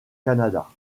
canada